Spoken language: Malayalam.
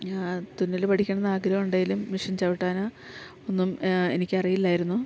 ഞാന് തുന്നല് പഠിക്കണം എന്നാഗ്രഹം ഉണ്ടെങ്കിലും മിഷൻ ചവിട്ടാന് ഒന്നും എനിക്കറിയില്ലായിരുന്നു